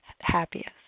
happiest